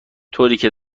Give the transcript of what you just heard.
طوریکه